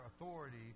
authority